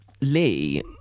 Lee